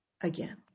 again